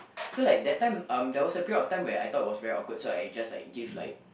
so like that time um there was a period of time where I thought it was very awkward so I just like give like